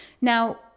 Now